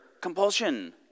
compulsion